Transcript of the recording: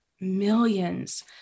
millions